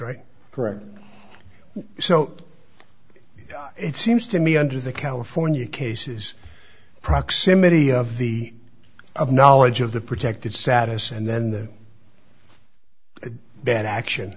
right correct so it seems to me under the california cases proximity of the of knowledge of the protected status and then the bad action